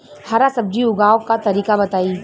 हरा सब्जी उगाव का तरीका बताई?